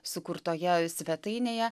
sukurtoje svetainėje